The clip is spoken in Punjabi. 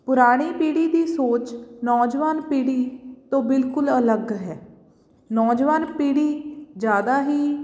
ਪੁਰਾਣੀ ਪੀੜ੍ਹੀ ਦੀ ਸੋਚ ਨੌਜਵਾਨ ਪੀੜ੍ਹੀ ਤੋਂ ਬਿਲਕੁਲ ਅਲੱਗ ਹੈ ਨੌਜਵਾਨ ਪੀੜ੍ਹੀ ਜ਼ਿਆਦਾ ਹੀ